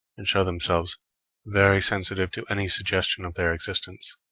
and show themselves very sensitive to any suggestion of their existence